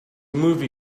movie